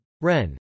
REN